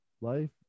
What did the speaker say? life